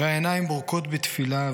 / והעיניים בורקות בתפילה,